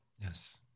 Yes